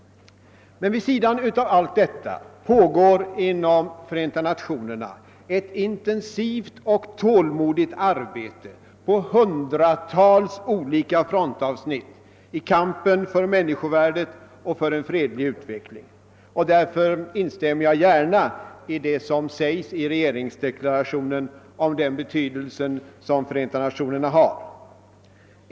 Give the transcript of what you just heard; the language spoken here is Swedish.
Vid sidan av allt detta pågår emellertid inom FN ett intensivt och tålmodigt arbete på hundratals olika frontavsnitt i kampen för människovärdet och för en fredlig utveckling, och därför instämmer jag gärna i vad som sägs i regeringsdeklarationen om den betydelse FN har.